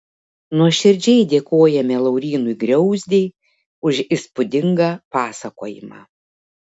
nuoširdžiai dėkojame laurynui griauzdei už įspūdingą pasakojimą